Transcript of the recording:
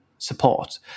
support